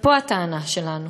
פה הטענה שלנו.